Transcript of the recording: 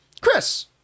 Chris